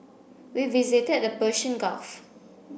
we visited the Persian Gulf